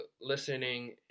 listening